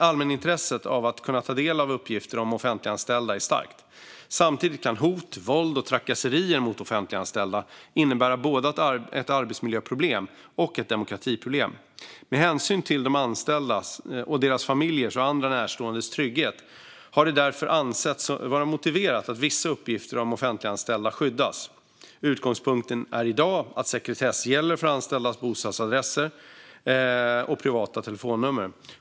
Allmänintresset av att kunna ta del av uppgifter om offentliganställda är starkt. Samtidigt kan hot, våld och trakasserier mot offentliganställda innebära både ett arbetsmiljöproblem och ett demokratiproblem. Med hänsyn till de anställdas och deras familjers och andra närståendes trygghet har det därför ansetts vara motiverat att vissa uppgifter om offentliganställda skyddas. Utgångspunkten är i dag att sekretess gäller för anställdas bostadsadresser och privata telefonnummer.